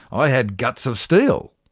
i had guts of steel.